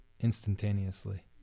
instantaneously